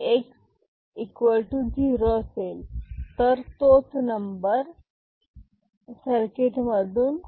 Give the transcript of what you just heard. जर X0 असेल तर तोच नंबर सर्किट मधून